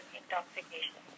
intoxication